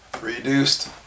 reduced